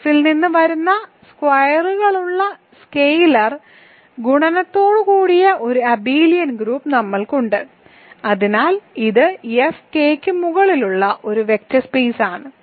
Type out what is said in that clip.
F ൽ നിന്ന് വരുന്ന സ്കെയിലറുകളുള്ള സ്കെയിലർ ഗുണനത്തോടുകൂടിയ ഒരു അബെലിയൻ ഗ്രൂപ്പ് നമ്മൾക്ക് ഉണ്ട് അതിനാൽ ഇത് F K ക്ക് മുകളിലുള്ള ഒരു വെക്റ്റർ സ്പേസ് ആണ്